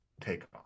takeoff